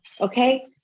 Okay